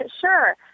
sure